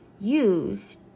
use